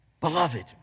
Beloved